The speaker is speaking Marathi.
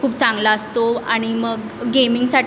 खूप चांगला असतो आणि मग गेमिंगसाठी